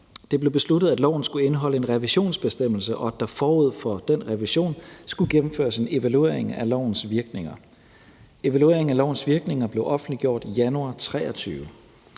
Det blev besluttet, at loven skulle indholde en revisionsbestemmelse, og at der forud for den revision skulle gennemføres en evaluering af lovens virkning. Evalueringen af lovens virkning blev offentliggjort i januar 2023.